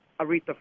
Aretha